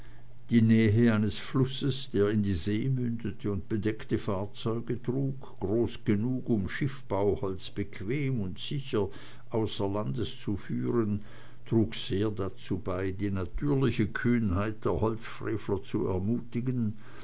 die nähe eines flusses der in die see mündete und bedeckte fahrzeuge trug groß genug um schiffbauholz bequem und sicher außer land zu führen trug sehr dazu bei die natürliche kühnheit der holzfrevler ermutigen